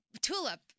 Tulip